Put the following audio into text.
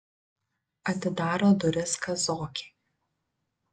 atidaro duris kazokė